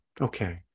Okay